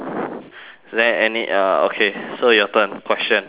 is there any uh okay so your turn question 来